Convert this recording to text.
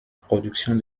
production